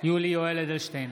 יולי יואל אדלשטיין,